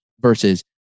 versus